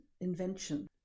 invention